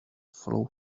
follow